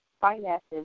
finances